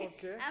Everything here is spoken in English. Okay